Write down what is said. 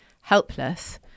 helpless